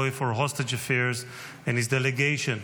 for hostage affairs and his delegation,